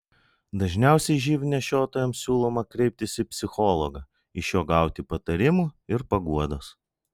dažniausiai živ nešiotojams siūloma kreiptis į psichologą iš jo gauti patarimų ir paguodos